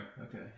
Okay